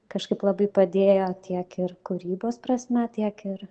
kažkaip labai padėjo tiek ir kūrybos prasme tiek ir